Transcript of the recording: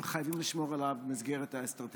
וחייבים לשמור עליו במסגרת האסטרטגיה.